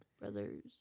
Brothers